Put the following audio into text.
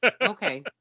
Okay